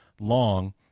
long